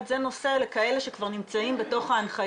על עולים חדשים זה לא חל כי הם מקבלים אזרחות מייד.